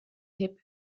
hip